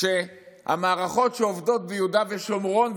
כשהמערכות שעובדות ביהודה ושומרון,